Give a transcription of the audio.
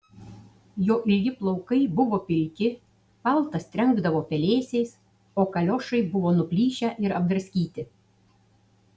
jo ilgi plaukai buvo pilki paltas trenkdavo pelėsiais o kaliošai buvo nuplyšę ir apdraskyti